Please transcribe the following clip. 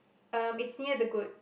um it's near the goat